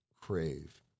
crave